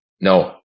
no